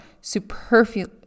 superfluous